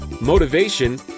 motivation